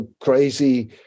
crazy